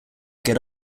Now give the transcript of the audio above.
get